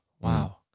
Wow